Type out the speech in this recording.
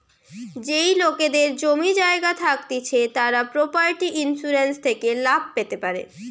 যেই লোকেদের জমি জায়গা থাকতিছে তারা প্রপার্টি ইন্সুরেন্স থেকে লাভ পেতে পারে